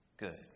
good